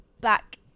back